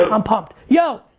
i'm pumped. yo!